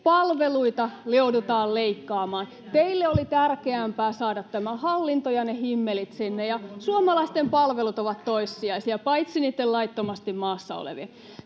Palveluita joudutaan leikkaamaan. Teille oli tärkeämpää saada tämä hallinto ja ne himmelit sinne. Suomalaisten palvelut ovat toissijaisia, paitsi niitten laittomasti maassa olevien.